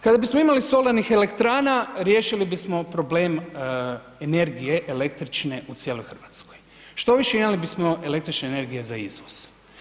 Kada bismo imali solarnih elektrana riješili bismo problem energije električne u cijeloj Hrvatskoj, štoviše imali bismo električne energije za izvoz.